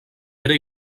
era